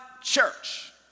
church